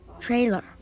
Trailer